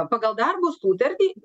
pagal darbo sutartį